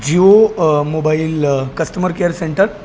Jio mobile customer care center